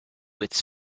its